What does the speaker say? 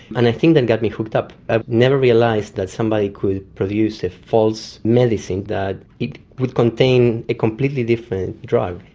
and i think that got me hooked up. i ah never realised that somebody could produce a false medicine, that it would contain a completely different drug.